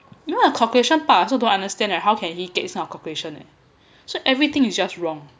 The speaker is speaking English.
you know the calculation part I also don't understand eh how can he get this kind of calculations eh so everything is just wrong